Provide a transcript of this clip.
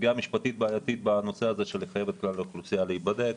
סוגיה משפטית בעייתית בנושא הזה של חיוב כלל האוכלוסייה להיבדק.